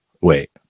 Wait